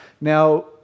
Now